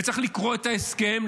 וצריך לקרוא את ההסכם,